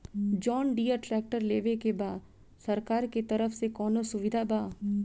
John Deere tractor लेवे के बा सरकार के तरफ से कौनो सुविधा बा?